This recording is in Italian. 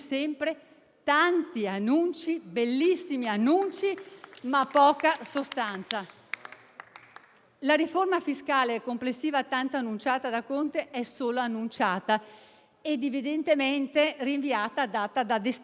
tanti bellissimi annunci, ma poca sostanza. La riforma fiscale complessiva, tanto annunciata da Conte, è solo annunciata ed evidentemente rinviata a data da destinarsi